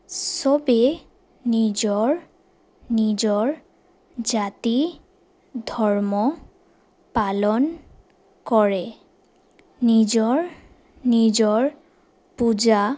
চবেই নিজৰ নিজৰ জাতি ধৰ্ম পালন কৰে নিজৰ নিজৰ পূজা